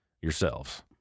yourselves